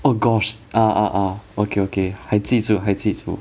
oh gosh ah ah ah okay okay 还记住记住